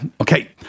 okay